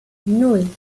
nan